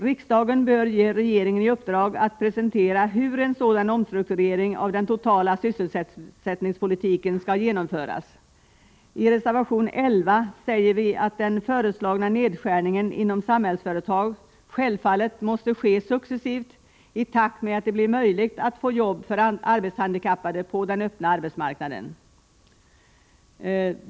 Riksdagen bör ge regeringen i uppdrag att presentera hur en sådan omstrukturering av den totala sysselsättningspolitiken skall genomföras. I reservation 11 säger vi att den föreslagna nedskärningen inom Samhällsföretag självfallet måste ske successivt i takt med att det blir möjligt för arbetshandikappade att få jobb på den öppna arbetsmarknaden.